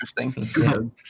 interesting